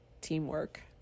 teamwork